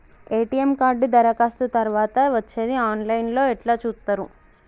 ATM card దరఖాస్తు తరువాత వచ్చేది ఆన్ లైన్ లో ఎట్ల చూత్తరు?